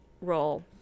role